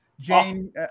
Jane